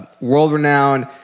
world-renowned